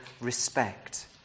respect